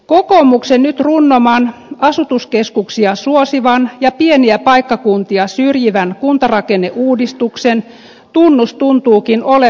kokoomuksen nyt runnoman asutuskeskuksia suosivan ja pieniä paikkakuntia syrjivän kuntarakenneuudistuksen tunnus tuntuukin olevan